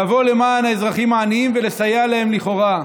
לבוא למען האזרחים העניים ולסייע להם לכאורה,